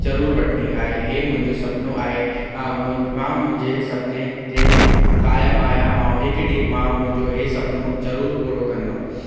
ज़रूरु वठणी आहे हीअ मुंहिंजो सपनो आहे मां मुंहिंजे सपने ते क़ायमु आहियां ऐं हिकु ॾींहुं मां मुंहिंजो हीअ सपनो ज़रूरु पूरो कंदुमि